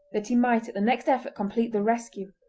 that he might at the next effort complete the rescue.